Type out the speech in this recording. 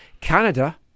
Canada